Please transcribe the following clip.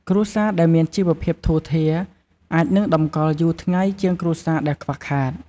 គ្រួសារដែលមានជីវភាពធូរធារ អាចនឹងតម្កល់យូរថ្ងៃជាងគ្រួសារដែលខ្វះខាត។